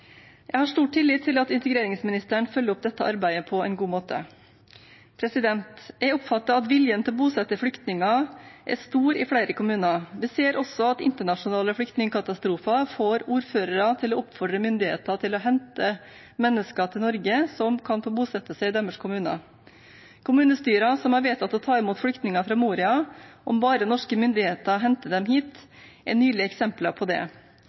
Jeg har stor tillit til at integreringsministeren følger opp dette arbeidet på en god måte. Jeg oppfatter at viljen til å bosette flyktninger er stor i flere kommuner. Vi ser også at internasjonale flyktningekatastrofer får ordførere til å oppfordre myndigheter til å hente mennesker til Norge som kan få bosette seg i deres kommuner. Kommunestyrer som har vedtatt å ta imot flyktninger fra Moria, om bare norske myndigheter henter dem hit, er nylige eksempler på det.